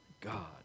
God